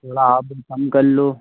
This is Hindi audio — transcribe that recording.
थोड़ा आप भी कम कर लो